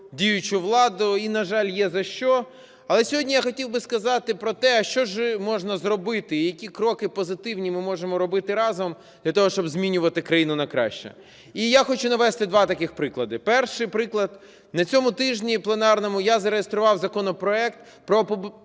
діючу владу, і, на жаль, є за що. Але сьогодні я хотів би сказати про те, а що ж можна зробити, які кроки позитивні ми можемо робити разом для того, щоб змінювати країну на краще. І я хочу навести два таких приклади. Перший приклад. На цьому тижні пленарному я зареєстрував законопроект про